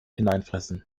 hineinfressen